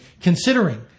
considering